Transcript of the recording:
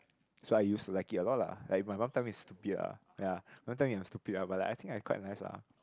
so I used to like it a lot lah like my mum tell me is stupid lah ya my mum tell I'm stupid lah but like I think I quite nice lah